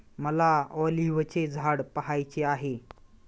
मला ऑलिव्हचे झाड पहायचे आहे